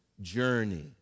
journey